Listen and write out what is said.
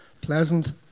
pleasant